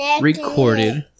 recorded